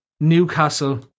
Newcastle